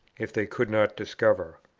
if they could not discover.